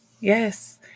Yes